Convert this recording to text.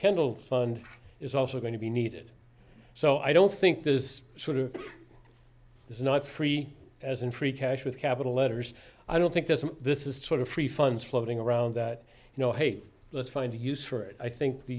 kendall fund is also going to be needed so i don't think this is sort of this is not free as in free cash with capital letters i don't think there's a this is sort of free funds floating around that you know hate let's find a use for it i think the